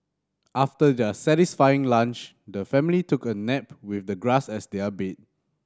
after their satisfying lunch the family took a nap with the grass as their bed